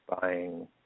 buying